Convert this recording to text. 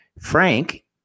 Frank